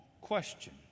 question